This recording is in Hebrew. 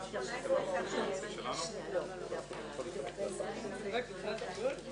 גם רכש של שירותים הוא רכש על פי חוק חובת המכרזים.